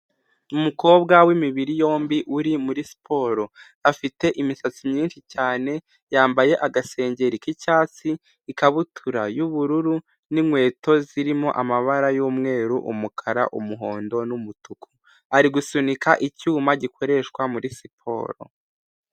Umukobwa w'imibiri yombi uri muri siporo, afite imisatsi myinshi cyane, yambaye agasengeri k'icyatsi, ikabutura y'ubururu n'inkweto zirimo amabara y'umweru, umukara, umuhondo n'umutuku, ari gusunika icyuma gikoreshwa muri siporo.